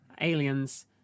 aliens